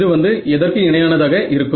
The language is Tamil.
எது வந்து இதற்கு இணையானதாக இருக்கும்